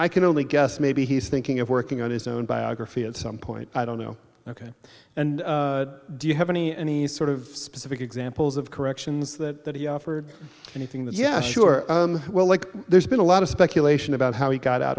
i can only guess maybe he's thinking of working on his own biography at some point i don't know ok and do you have any any sort of specific examples of corrections that offer anything that yes sure well like there's been a lot of speculation about how he got out